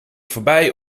voorbij